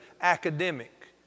academic